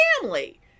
family